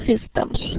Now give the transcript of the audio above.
systems